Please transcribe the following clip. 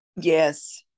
yes